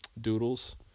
doodles